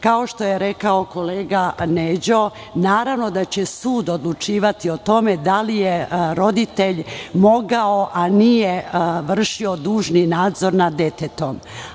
Kao što je kolega Neđo rekao, naravno da će sud odlučivati o tome da li je roditelj mogao, a nije vršio dužni nadzor nad detetom.